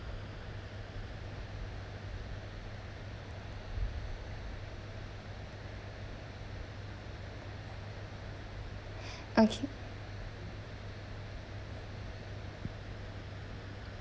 okay